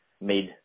made